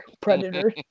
Predator